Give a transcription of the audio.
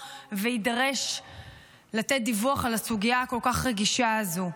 ויידרש לתת דיווח על הסוגיה הכל-כך רגישה הזאת.